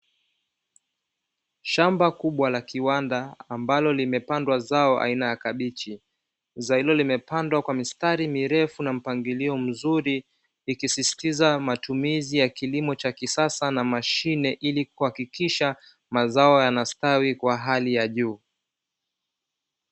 Shamba kubwa la kiwanda, ambalo limepandwa zao aina ya kabichi; zao hilo limepandwa kwa mistari mirefu na mpangilio mzuri, likisisitiza matumizi ya kilimo cha kisasa na mashine ili kuhakikisha mazao yanastawi kwa hali ya juu.